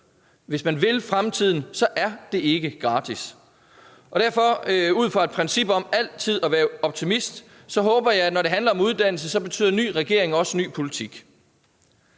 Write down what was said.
Hvis man vil fremtiden, er det ikke gratis. Ud fra et princip om altid at være optimist håber jeg, at når det handler om uddannelse, betyder en ny regering også ny politik,